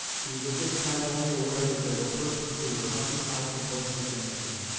he was at this time only aware that there were persons who were hunting out complaints against him,